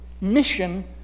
mission